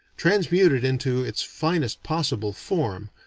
transmute it into its finest possible form,